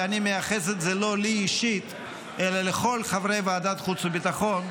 ואני מייחס את זה לא לי אישית אלא לכל חברי ועדת חוץ וביטחון,